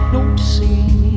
Noticing